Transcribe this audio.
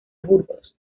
burgos